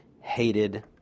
hated